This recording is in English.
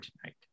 tonight